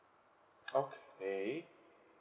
okay